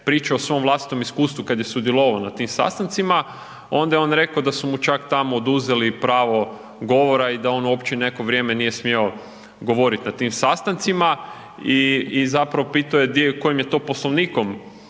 pričao o svom vlastitom iskustvu kad je sudjelovao na tim sastancima, ona je on čak rekao da su mu čak tamo i oduzeli pravo govora i da on uopće neko vrijeme nije smio govorit na tim sastancima i zapravo pitao je kojim je to poslovnikom